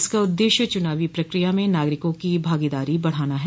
इसका उद्देश्य चूनावी प्रक्रिया में नागरिकों की भागीदारी बढ़ाना है